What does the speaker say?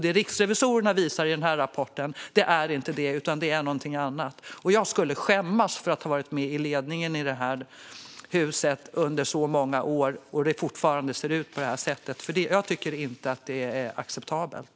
Det riksrevisorerna visar i denna rapport är inte detta utan något annat. Jag skulle skämmas över att ha varit med i ledningen i detta hus under så många år när det fortfarande ser ut på det här sättet. Jag tycker inte att det är acceptabelt.